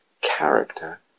character